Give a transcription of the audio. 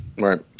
Right